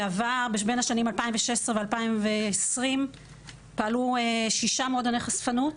בין השנים 2016 ו-2020 פעלו שישה מועדוני חשפנות.